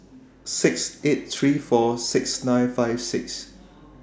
six eight three four six nine five six